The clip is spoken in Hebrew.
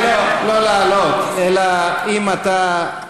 לא לעלות, אלא אם כן אתה,